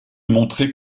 montraient